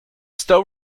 still